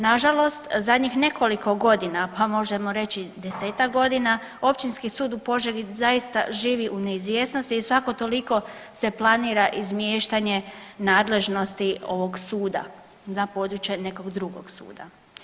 Nažalost, zadnjih nekoliko godina pa možemo reći 10-tak godina Općinski sud u Požegi zaista živi u neizvjesnosti i svako toliko se planira izmještanje nadležnosti ovog suda na područje nekog drugog suda.